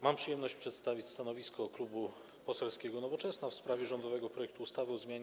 Mam przyjemność przedstawić stanowisko Klubu Poselskiego Nowoczesna w sprawie rządowego projektu ustawy o zmianie